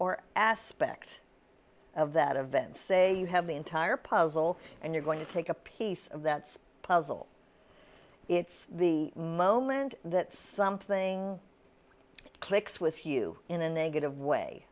or aspect of that event say you have the entire puzzle and you're going to take a piece of that's puzzle it's the moment that something clicks with you in a negative way